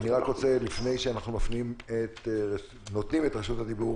לפני שאנחנו נותנים את רשות הדיבור